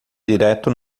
direto